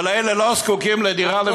אבל אלה לא זקוקים לדירה,